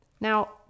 Now